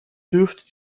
dürfte